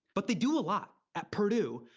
but they do a lot. at purdue,